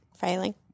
failing